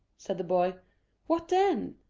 said the boy what then?